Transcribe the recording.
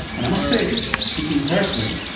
and i must say, speaking personally,